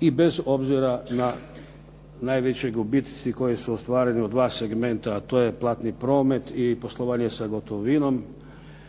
I bez obzira na najveće gubitci koji su ostvareni u 2 segmenta, a to je platni promet i poslovanje sa gotovinom.